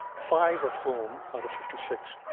five of whom, out of fifty six,